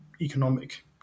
economic